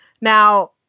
now